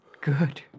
good